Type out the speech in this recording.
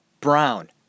Brown